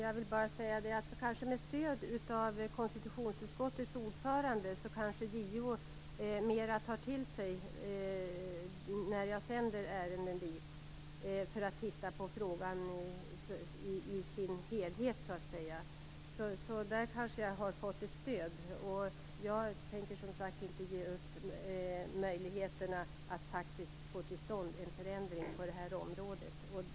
Fru talman! Med stöd av konstitutionsutskottets ordförande kanske JO mer tar till sig de ärenden som jag sänder dit för att JO skall se på frågan i dess helhet. Jag kanske har fått ett stöd i och med detta. Jag tänker som sagt inte ge upp möjligheterna att faktiskt få till stånd en förändring på detta område.